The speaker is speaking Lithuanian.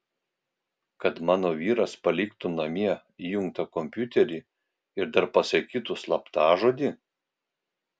kad mano vyras paliktų namie įjungtą kompiuterį ir dar pasakytų slaptažodį